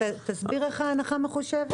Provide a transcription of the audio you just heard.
תסביר איך ההנחה מחושבת.